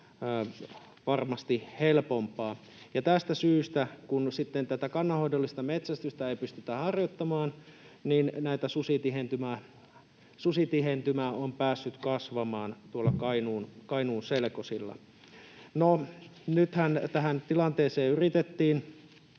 varmasti helpompaa. Ja tästä syystä, kun sitten tätä kannanhoidollista metsästystä ei pystytä harjoittamaan, niin susitihentymä on päässyt kasvamaan tuolla Kainuun selkosilla. No, nythän tähän tilanteeseen yritettiin